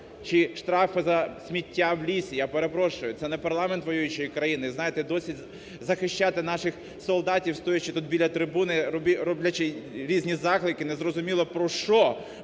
чи штрафи за сміття в лісі. Я перепрошую, це не парламент воюючої країни, знаєте, досі захищати наших солдатів, стоячи тут біля трибуни, роблячи різні заклики, не зрозуміло про що,